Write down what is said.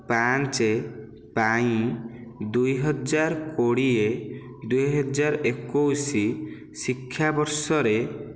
ପାଞ୍ଚ ପାଇଁ ଦୁଇହଜାର କୋଡିଏ ଦୁଇହଜାର ଏକୋଇଶ ଶିକ୍ଷାବର୍ଷରେ